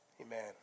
Amen